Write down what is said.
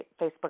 Facebook